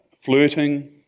flirting